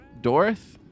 dorothy